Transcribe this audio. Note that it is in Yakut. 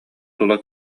тула